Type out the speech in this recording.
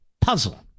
puzzle